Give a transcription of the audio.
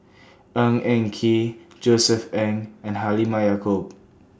Ng Eng Kee Josef Ng and Halimah Yacob